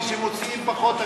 כשמוציאים פחות,